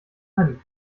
hin